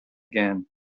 again